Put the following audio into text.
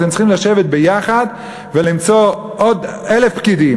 אתם צריכים לשבת ביחד ולמצוא עוד אלף פקידים,